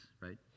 right